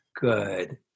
Good